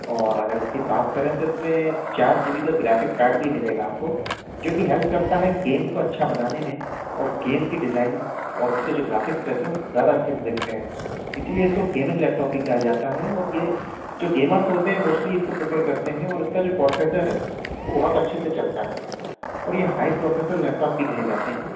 और अगर इसकी बात करें तो इसमे चार जी बी का ग्राफिक कार्ड भी मिलेगा आपको जो कि हेल्प करता है गेम को अच्छा बनने में और गेम के डिजाइन और उसके जो ग्राफिक्स रहते हैं वो ज़्यादा अच्छे से देखते हैं इसीलिए तो गेमिंग भी कहा जाता है और ये जो गमर्स होते हैं मोस्टली इसको प्रेफर करते हैं और इसका जो प्रोसेसर है वो बहुत अच्छे से चलता हैं और ये हाई प्रोसेसर लैपटॉप भी कहे जाते हैं